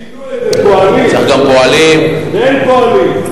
צריך פועלים ואין פועלים.